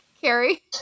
Carrie